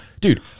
Dude